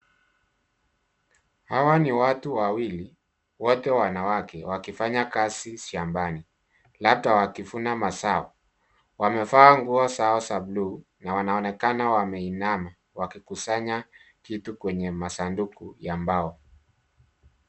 Hawa ni watu wawili wote wanawake wakifanya kazi shambani labda wakifuna mazao. Wamevaa nguo sawa za bluu na wanaonekana wameinama wakikusanya kitu kwenye masanduku ya mbao.